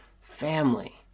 family